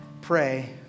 Pray